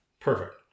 Perfect